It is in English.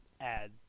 add